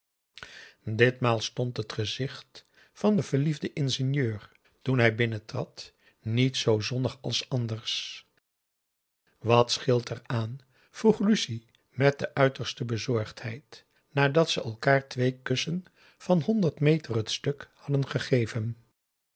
ditmaal stond het gezicht van den verliefden ingenieur toen hij binnentrad niet zoo zonnig als anders wat scheelt er aan vroeg lucie met de uiterste bezorgdheid nadat ze elkaar twee kussen van honderd meter het stuk hadden gegeven